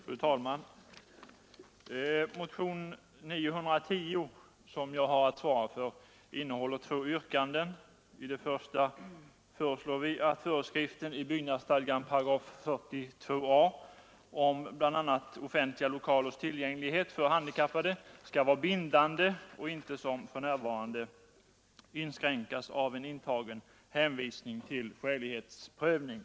Fru talman! Motionen 910, som jag har att svara för, innehåller två yrkanden. I det första föreslår vi att föreskriften i 42 a § byggnadsstadgan om bl, a. offentliga lokalers tillgänglighet för handikappade skall vara bindande och inte som för närvarande inskränkas av en intagen hänvisning till skälighetsprövning.